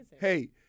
hey